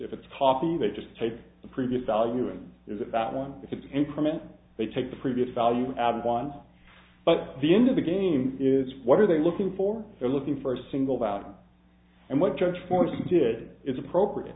if it's coffee they just take the previous value and there's a battle if it's increment they take the previous value added ones but the end of the game is what are they looking for they're looking for singled out and what church forces did is appropriate